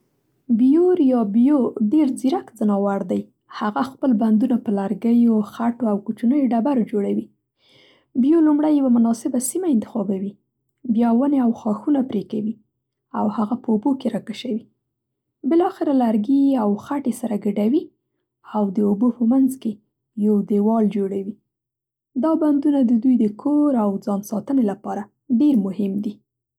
بیور یا بیو ډېر ځیرک ځناور دی. هغه خپل بندونه په لرګیو، خټو او کوچنیو ډبرو جوړوي. بیو لومړی یوه مناسبه سیمه انتخابوي. بیا ونې او خاښونه پرې کوي او هغه په اوبو کې را کشوي. بلاخره لرګي او خټې سره ګډوي او د اوبو په منځ کې یو دېوال جوړوي. دا بندونه د دوی د کور او ځان ساتنې لپاره ډېر مهم دي.